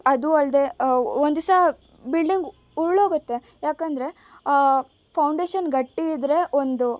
ಅದೂ ಅಲ್ಲದೆ ಒಂದಿಸ ಬಿಲ್ಡಿಂಗ್ ಉರ್ಳೋಗತ್ತೆ ಯಾಕೆಂದರೆ ಫೌಂಡೇಶನ್ ಗಟ್ಟಿ ಇದ್ದರೆ ಒಂದು